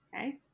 okay